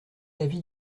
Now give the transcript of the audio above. l’avis